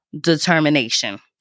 determination